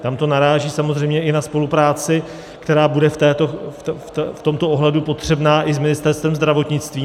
Tam to naráží samozřejmě i na spolupráci, která bude v tomto ohledu potřebná i s Ministerstvem zdravotnictví.